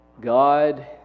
God